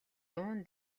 дуун